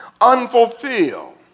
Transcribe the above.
unfulfilled